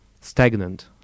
stagnant